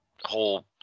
whole